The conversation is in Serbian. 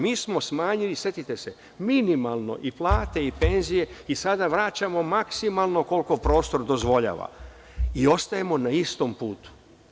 Mi smo smanjili, setite se, minimalno i plate i penzije i sada vraćamo maksimalno koliko prostor dozvoljava i ostajemo na istom putu.